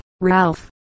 Ralph